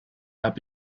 habe